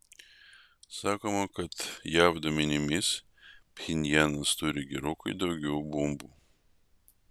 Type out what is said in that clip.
sakoma kad jav duomenimis pchenjanas turi gerokai daugiau bombų